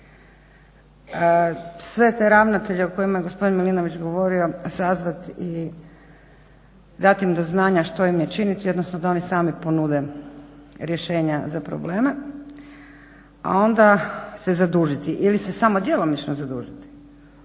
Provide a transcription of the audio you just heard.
Sve te ravnatelje o kojima je gospodin Milinović govorio sazvati i dati im do znanja što im je činiti jednostavno da oni sami ponude rješenja za probleme, a onda se zadužiti ili se samo djelomično zadužiti.